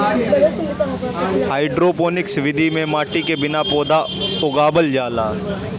hydroponics विधि में माटी के बिना पौधा उगावल जाला